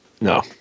No